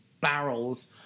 barrels